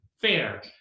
fair